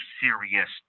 serious